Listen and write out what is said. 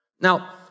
Now